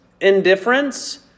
indifference